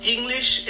English